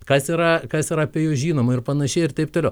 kas yra kas yra apie juos žinoma ir panašiai ir taip toliau